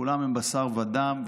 כולם הם בשר ודם,